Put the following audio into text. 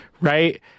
Right